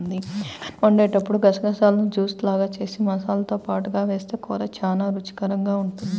chicken వండేటప్పుడు గసగసాలను juice లాగా జేసి మసాలాతో పాటుగా వేస్తె కూర చానా రుచికరంగా ఉంటది